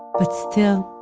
but still,